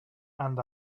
and